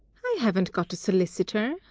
i haven't got a so licitor.